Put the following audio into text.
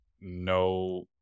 no